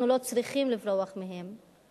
אנחנו לא צריכים לברוח מהם.